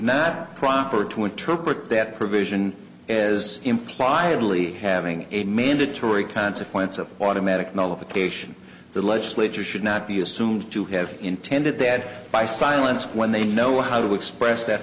that proper to interpret that provision is implied italy having a mandatory consequence of automatic notification the legislature should not be assumed to have intended that by silence when they know how to express that